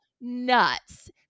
nuts